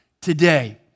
today